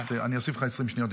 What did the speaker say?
אני אוסיף לך 20 שניות.